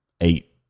eight